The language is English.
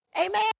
Amen